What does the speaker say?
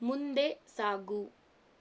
ಮುಂದೆ ಸಾಗು